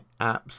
apps